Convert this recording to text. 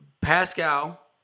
Pascal